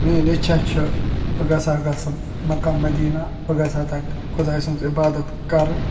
میٲنۍ اِچھا چھِ بہٕ گژھہٕ ہا گژھُن مکہ مدینہ بہٕ گژھہٕ ہا تتہِ خۄداے سٕنٛز عبادت کرُن